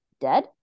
dead